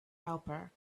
helper